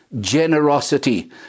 generosity